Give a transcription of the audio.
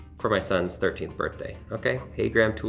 for my son's thirteenth birthday. okay, hey, graham, tool,